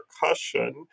percussion